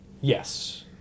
Yes